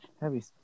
heavy